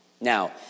Now